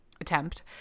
attempt